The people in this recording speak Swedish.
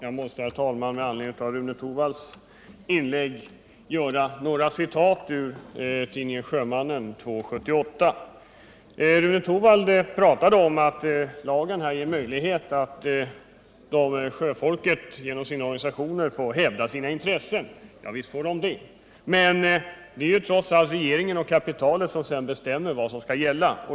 Herr talman! Med anledning av Rune Torwalds inlägg måste jag citera ur tidningen Sjömannen nr 2 1978. Rune Torwald talade om att denna lag ger sjöfolket möjligheter att genom sina organisationer hävda sina intressen. Visst kan de det. Men det är trots allt regeringen och kapitalet som bestämmer vad som skall gälla.